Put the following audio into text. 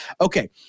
Okay